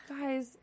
Guys